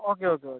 okay okay okay